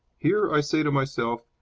here, i say to myself,